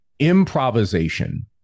Improvisation